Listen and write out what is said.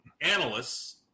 analysts